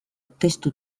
testu